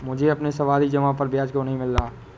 मुझे अपनी सावधि जमा पर ब्याज क्यो नहीं मिला?